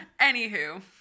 Anywho